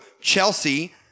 Chelsea